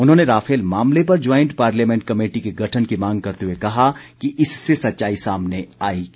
उन्होंने राफेल मामले पर ज्वांईट पार्लियामेंट कमेटी के गठन की मांग करते हुए कहा कि इससे सच्चाई सामने आएगी